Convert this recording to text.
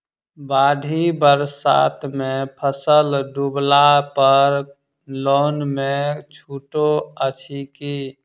बाढ़ि बरसातमे फसल डुबला पर लोनमे छुटो अछि की